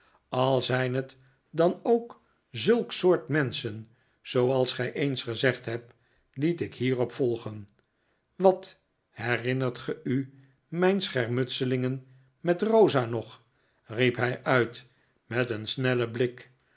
al zijn het dan ook zulk soort menschen zooals gij eens gezegd hebt liet ik hierop volgen wat herinnert ge u mijn schermutseling met rosa nog riep hij uit met een snellen blik